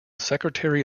secretary